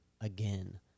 again